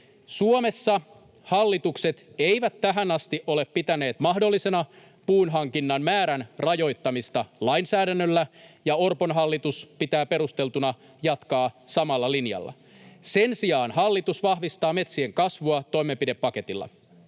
Suomessa hallitukset eivät tähän asti ole pitäneet mahdollisena puunhankinnan määrän rajoittamista lainsäädännöllä, ja Orpon hallitus pitää perusteltuna jatkaa samalla linjalla. Sen sijaan hallitus vahvistaa metsien kasvua toimenpidepaketilla.